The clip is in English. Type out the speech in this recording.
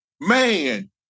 Man